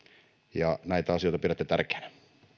ja näitä asioita pidätte tärkeinä